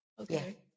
Okay